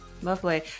Lovely